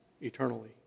eternally